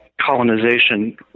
colonization